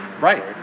right